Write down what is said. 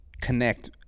connect